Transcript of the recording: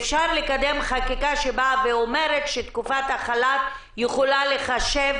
אפשר לקדם חקיקה שאומרת שתקופת החל"ת יכולה להיחשב,